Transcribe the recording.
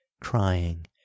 crying